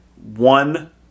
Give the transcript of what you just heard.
One